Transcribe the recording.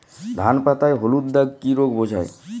ধান পাতায় হলুদ দাগ কি রোগ বোঝায়?